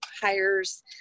hires